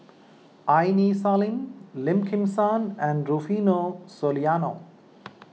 Aini Salim Lim Kim San and Rufino Soliano